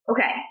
Okay